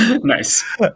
Nice